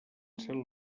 sent